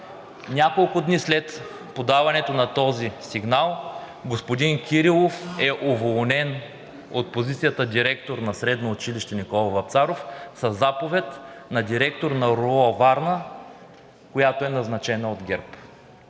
Няколко дни след подаването на този сигнал господин Кирилов е уволнен от позицията „директор“ на Средно училище „Никола Вапцаров“ със заповед на директор на РУО – Варна, която е назначена от ГЕРБ.